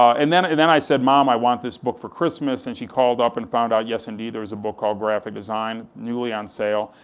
and and then i said, mom, i want this book for christmas, and she called up and found out, yes indeed, there was a book called graphic design, newly on sale,